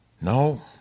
No